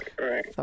right